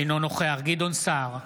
אינו נוכח גדעון סער,